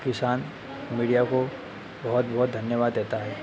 किसान मीडिया को बहुत बहुत धन्यवाद देता है